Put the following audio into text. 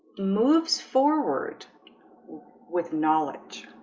moves forward with knowledge